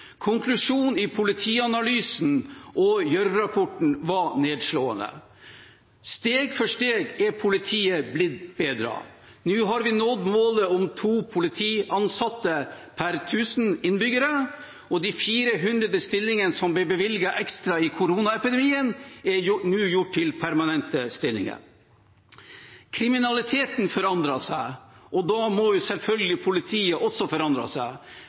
Konklusjonen i Politianalysen og Gjørv-rapporten var nedslående. Steg for steg er politiet blitt bedre. Nå har vi nådd målet om to politiansatte per tusen innbyggere, og de 400 stillingene som ble bevilget ekstra i koronapandemien, er nå omgjort til permanente stillinger. Kriminaliteten forandrer seg, og da må selvfølgelig politiet også forandre seg.